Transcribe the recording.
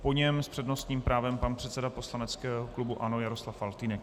Po něm s přednostním právem pan předseda poslaneckého klubu ANO Jaroslav Faltýnek.